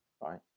right